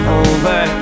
over